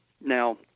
Now